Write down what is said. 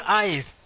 eyes